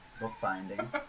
bookbinding